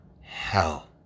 hell